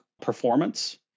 performance